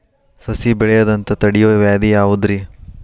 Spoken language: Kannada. ಸಸಿ ಬೆಳೆಯದಂತ ತಡಿಯೋ ವ್ಯಾಧಿ ಯಾವುದು ರಿ?